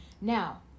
Now